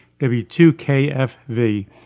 W2KFV